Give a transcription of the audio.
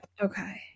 Okay